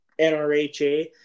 NRHA